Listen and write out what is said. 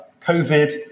COVID